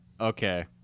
Okay